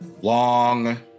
long